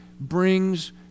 brings